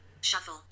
Shuffle